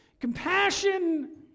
Compassion